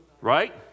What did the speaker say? Right